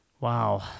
Wow